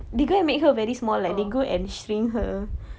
oh